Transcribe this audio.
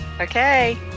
Okay